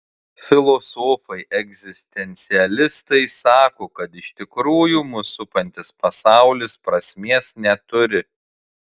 filosofai egzistencialistai sako kad iš tikrųjų mus supantis pasaulis prasmės neturi